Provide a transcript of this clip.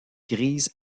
grise